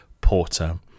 porter